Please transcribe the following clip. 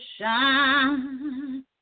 shine